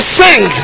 sing